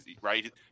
right